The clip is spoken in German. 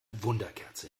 wunderkerze